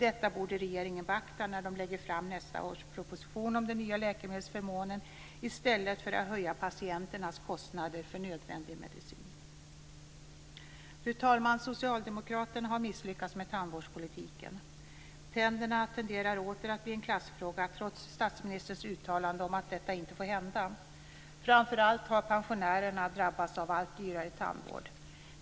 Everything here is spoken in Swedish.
Detta borde regeringen beakta när den lägger fram nästa års proposition om den nya läkemedelsförmånen, i stället för att höja patienternas kostnader för nödvändig medicin. Fru talman! Socialdemokraterna har misslyckats med tandvårdspolitiken. Tänderna tenderar åter att bli en klassfråga, trots statsministerns uttalande om att detta inte får hända. Framför allt har pensionärerna drabbats av allt dyrare tandvård.